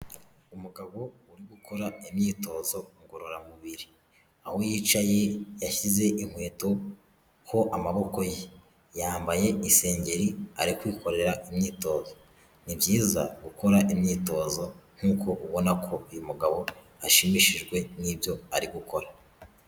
Umugabo uri gukora imyitozo ngororamubiri, aho yicaye yashyize inkweto ho amaboko ye, yambaye isengeri ari kwikorera imyitozo, ni byiza gukora imyitozo, nkuko ubona ko uyu mugabo ashimishijwe n'ibyo ari gukora.